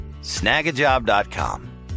snagajob.com